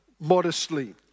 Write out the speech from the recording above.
modestly